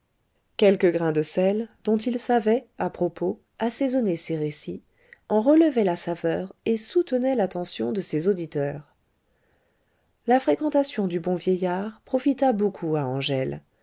quelques grains de sel dont il savait à propos assaisonner ses récits en relevaient la saveur et soutenaient l'attention de ses auditeurs la fréquentation du bon vieillard profita beaucoup à angèle